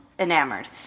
enamored